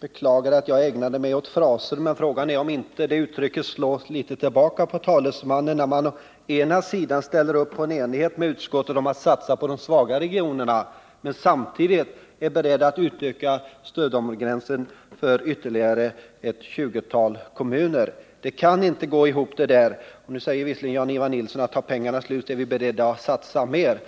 beklagade att jag ägnade mig åt fraser, men frågan är om inte det uttrycket slår tillbaka litet på honom själv. Å ena sidan ställer man enigt upp med utskottet om att satsa på de svaga regionerna och å andra sidan är man beredd att utöka stödgränsen för ytterligare ett tjugotal kommuner. Detta kan inte gå ihop. Nu säger visserligen Jan-Ivan Nilsson att om pengarna tar slut är man beredd att satsa mer.